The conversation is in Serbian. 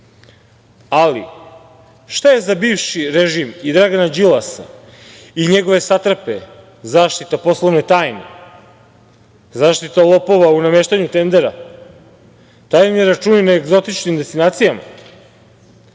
lica. Ali, šta je za bivši režim i Dragana Đilasa i njegove satrape zaštita poslovne tajne, zaštita lopova u nameštanju tendera, tajni računi na egzotičnim destinacijama,